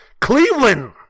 Cleveland